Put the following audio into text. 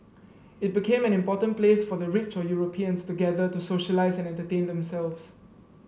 it became an important place for the rich or Europeans to gather to socialise and entertain themselves